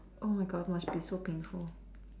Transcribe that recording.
oh my God must be so painful